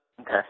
Okay